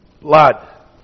blood